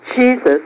Jesus